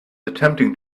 attempting